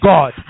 God